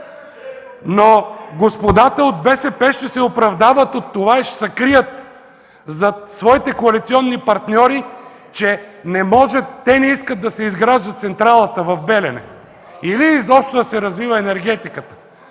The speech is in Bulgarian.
Господата от БСП обаче ще се оправдават и ще се крият зад своите коалиционни партньори, че те не искат да се изгражда централата в „Белене” или изобщо да се развива енергетиката.